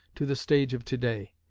to the stage of to-day.